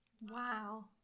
Wow